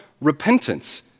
Repentance